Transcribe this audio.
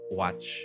watch